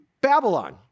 Babylon